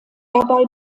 dabei